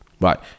right